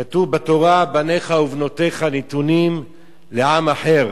כתוב בתורה: בניך ובנותיך נתונים לעם אחר